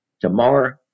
tomorrow